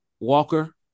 Walker